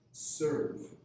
Serve